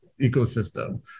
ecosystem